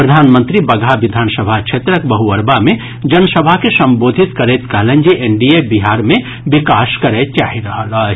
प्रधानमंत्री बगहा विधानसभा क्षेत्रक बहुअरबा मे जन सभा के संबोधित करैत कहलनि जे एनडीए बिहार मे विकास करय चाहि रहल अछि